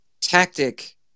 tactic